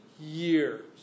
years